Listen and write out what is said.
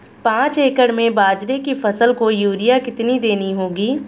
पांच एकड़ में बाजरे की फसल को यूरिया कितनी देनी होगी?